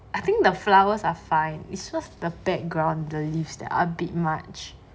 I think the flowers are fine it's just the background the leaves that are big much